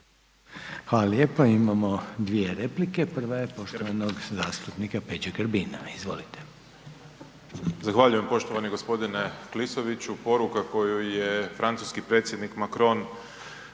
Hvala lijepo. Imamo dvije replike, prva je poštovanog zastupnika Peđe Grbina, izvolite. **Grbin, Peđa (SDP)** Zahvaljujem poštovani g. Klisoviću, poruka koju je francuski predsjednik Macron